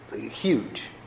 Huge